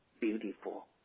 beautiful